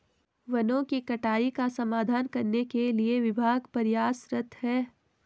वनों की कटाई का समाधान करने के लिए विभाग प्रयासरत है